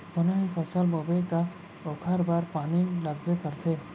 कोनो भी फसल बोबे त ओखर बर पानी लगबे करथे